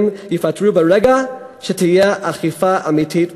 ייפתרו ברגע שתהיה אכיפה אמיתית ויעילה.